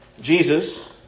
Jesus